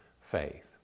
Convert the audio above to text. faith